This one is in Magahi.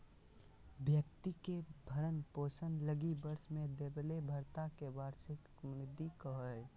व्यक्ति के भरण पोषण लगी वर्ष में देबले भत्ता के वार्षिक भृति कहो हइ